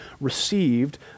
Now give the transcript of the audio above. received